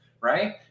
right